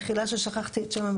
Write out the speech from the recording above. מחילה שכחתי את שם המשפחה.